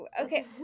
Okay